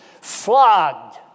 flogged